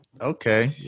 Okay